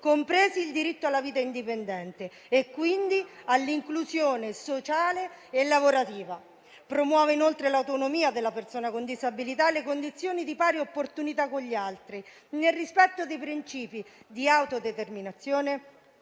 compresi il diritto alla vita indipendente e, quindi, all'inclusione sociale e lavorativa. Inoltre, il disegno di legge promuove l'autonomia della persona con disabilità e le condizioni di pari opportunità con gli altri, nel rispetto dei principi di autodeterminazione